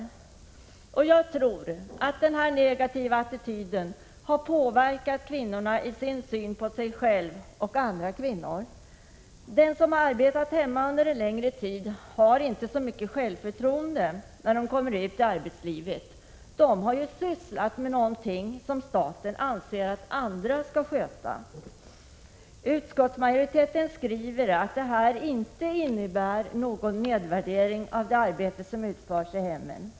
Denna negativa attityd har troligen påverkat kvinnornas syn på sig själva och på andra kvinnor. De som har arbetat hemma under en längre tid har inte så mycket självförtroende när de kommer ut i arbetslivet — de har ju sysslat med någonting som staten anser att andra skall sköta. Utskottsmajoriteten skriver att detta inte innebär någon nedvärdering av det arbete som utförs i hemmen.